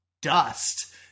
dust